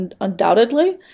undoubtedly